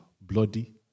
Bloody